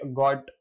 got